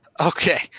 Okay